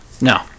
no